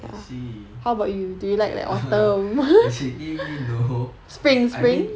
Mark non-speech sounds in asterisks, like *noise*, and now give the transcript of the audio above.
I see *laughs* actually no I mean